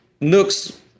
nooks